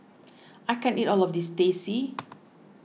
I can't eat all of this Teh C